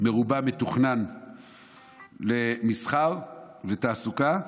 מרובע מתוכננים למסחר ותעסוקה,